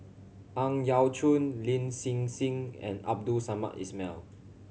Ang Yau Choon Lin Hsin Hsin and Abdul Samad Ismail